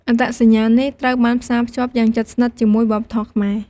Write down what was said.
អត្តសញ្ញាណនេះត្រូវបានផ្សារភ្ជាប់យ៉ាងជិតស្និទ្ធជាមួយវប្បធម៌ខ្មែរ។